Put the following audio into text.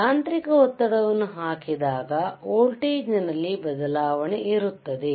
ಯಾಂತ್ರಿಕ ಒತ್ತಡವನ್ನು ಹಾಕಿದಾಗ ವೋಲ್ಟೇಜ್ ನಲ್ಲಿ ಬದಲಾವಣೆ ಇರುತ್ತದೆ